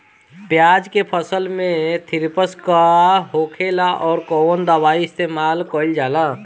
प्याज के फसल में थ्रिप्स का होखेला और कउन दवाई इस्तेमाल कईल जाला?